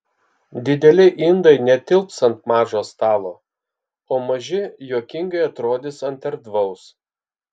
dideli indai netilps ant mažo stalo o maži juokingai atrodys ant erdvaus